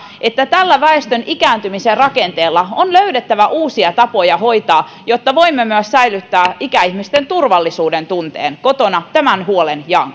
että tällä väestön ikääntymisen rakenteella on löydettävä uusia tapoja hoitaa jotta voimme myös säilyttää ikäihmisten turvallisuudentunteen kotona tämän huolen jaan